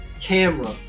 camera